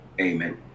Amen